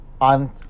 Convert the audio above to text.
on